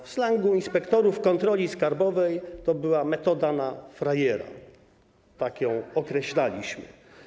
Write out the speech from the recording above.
W slangu inspektorów kontroli skarbowej to była metoda na frajera - tak ją określaliśmy.